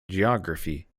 geography